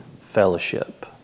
fellowship